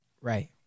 Right